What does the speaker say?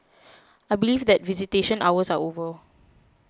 I believe that visitation hours are over